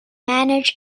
manage